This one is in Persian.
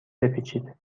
بپیچید